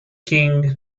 king